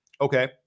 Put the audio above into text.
Okay